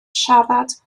siarad